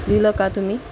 लिहिलं का तुम्ही